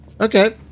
okay